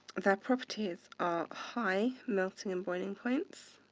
their properties are high melting and boiling points.